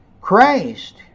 Christ